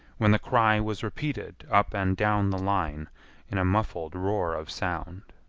when the cry was repeated up and down the line in a muffled roar of sound.